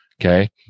okay